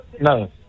No